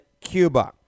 Cuba